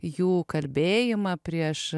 jų kalbėjimą prieš